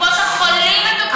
קופות החולים מתוקצבות.